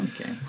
Okay